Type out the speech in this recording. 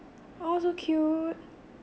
!aww! so cute